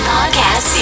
Podcast